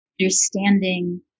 Understanding